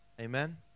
Amen